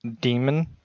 demon